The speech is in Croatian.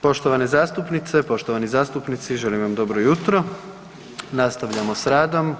Poštovane zastupnice i poštovani zastupnici želim vam dobro jutro, nastavljamo s radom.